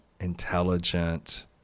intelligent